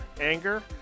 anger